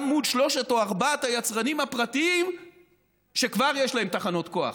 מול שלושת או ארבעת היצרנים הפרטיים שכבר יש להם תחנות כוח.